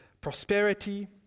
prosperity